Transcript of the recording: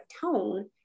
tone